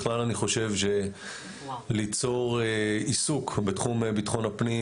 בכלל אני חושב שליצור עיסוק בתחום ביטחון הפנים,